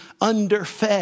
underfed